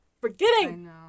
forgetting